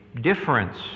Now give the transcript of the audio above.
difference